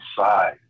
side